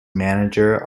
manager